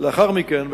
לאחר מכן,